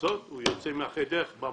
יוצא מהחדר במקום.